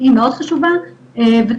האמת שהאילנות הכי חשובים לנו